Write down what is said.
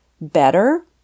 better